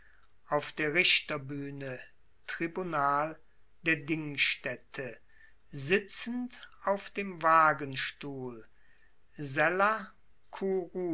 auf der richterbuehne tribunal der dingstaette sitzend auf dem wagenstuhl